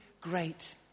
great